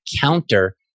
counter